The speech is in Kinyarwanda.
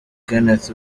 kenneth